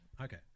Okay